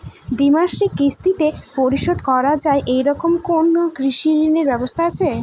দ্বিমাসিক কিস্তিতে পরিশোধ করা য়ায় এরকম কোনো কৃষি ঋণের ব্যবস্থা আছে?